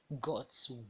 God's